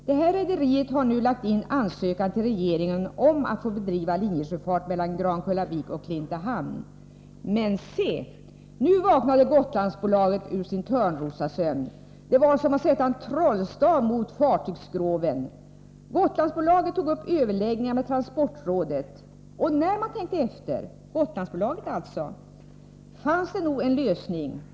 Detta rederi har nu lagt in ansökan till regeringen om att få bedriva linjesjöfart mellan Grankullavik och Klintehamn. Men se, nu vaknade Gotlandsbolaget ur sin Törnrosasömn. Det var som att sätta en trollstav mot fartygsskroven. Gotlandsbolaget tog upp överläggningar med transportrådet. När man tänkte efter — Gotlandsbolaget alltså — fanns det nog en lösning.